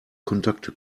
kontakte